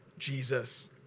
Jesus